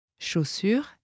Chaussures